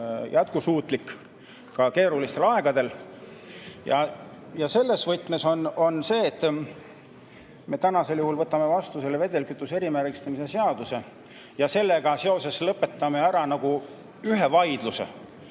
jätkusuutlik ka keerulistel aegadel. Selles võtmes on see, et me täna võtame vastu vedelkütuse erimärgistamise seaduse ja sellega seoses lõpetame ära vaidluse,